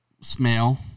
smell